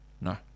No